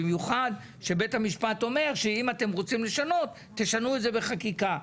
במיוחד כשבית המשפט אומר שאם אתם רוצים לשנות תשנו את זה בחקיקה.